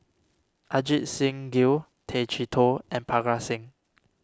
Ajit Singh Gill Tay Chee Toh and Parga Singh